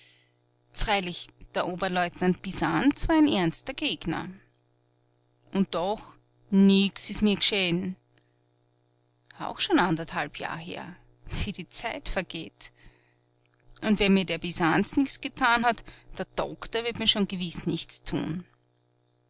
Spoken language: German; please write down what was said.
freilich der oberleutnant bisanz war ein ernster gegner und doch nichts ist mir g'scheh'n auch schon anderthalb jahr her wie die zeit vergeht und wenn mir der bisanz nichts getan hat der doktor wird mir schon gewiß nichts tun